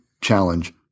challenge